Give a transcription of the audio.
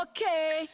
Okay